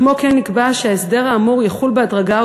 כמו כן נקבע שההסדר האמור יחול בהדרגה,